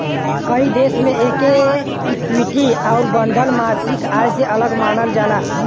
कई देश मे एके इक्विटी आउर बंधल मासिक आय से अलग मानल जाला